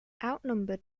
outnumbered